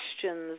questions